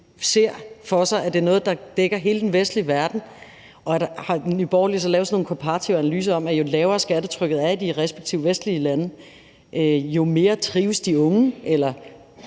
det for sig, altså om det er noget, der dækker hele den vestlige verden, og om Nye Borgerlige så har lavet nogle komparative analyser af, at jo lavere skattetrykket er i de respektive vestlige lande, jo mere trives de unge. Der